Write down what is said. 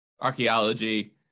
archaeology